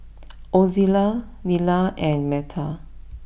Ozella Nila and Meta